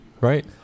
right